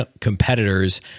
competitors